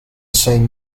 same